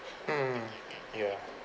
mm ya